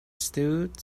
stood